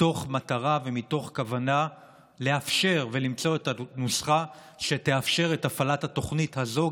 מתוך מטרה ומתוך כוונה למצוא את הנוסחה שתאפשר את הפעלת התוכנית הזאת,